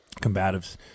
combatives